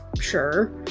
sure